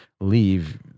leave